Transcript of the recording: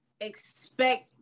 expect